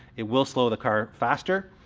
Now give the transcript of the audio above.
it will slow the car faster.